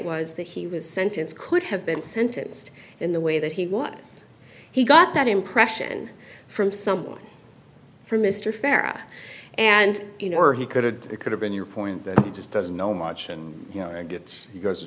was that he was sentenced could have been sentenced in the way that he was he got that impression from someone from mr farah and you know or he could it could have been your point that just doesn't know much and you know it gets to